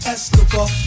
Escobar